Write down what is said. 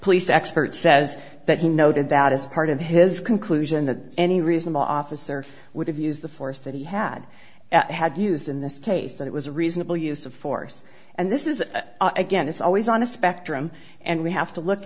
police expert says that he noted that as part of his conclusion that any reasonable officer would have used the force that he had had used in this case that it was a reasonable use of force and this is again it's always on a spectrum and we have to look